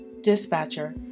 Dispatcher